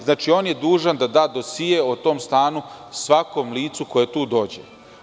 Znači, on je dužan da da dosije o tom stanu svakom licu koje tu dođe.